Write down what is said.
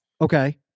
Okay